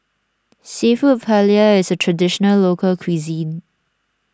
Seafood Paella is a Traditional Local Cuisine